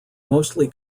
mostly